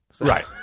Right